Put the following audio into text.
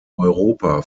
europa